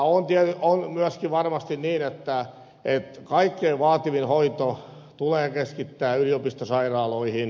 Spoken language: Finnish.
on myöskin varmasti niin että kaikkein vaativin hoito tulee keskittää yliopistosairaaloihin